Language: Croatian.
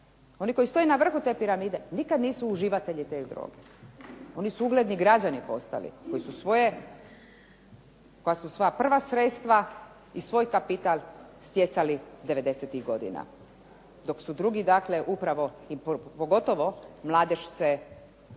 oni koji stoje na vrhu te piramide nikad nisu uživatelji te droge. Oni su ugledni građani postali koji su svoja prva sredstva i svoj kapital stjecali devedesetih godina, dok su drugi dakle upravo i pogotovo mladež se